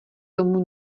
tomu